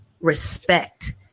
respect